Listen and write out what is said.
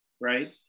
right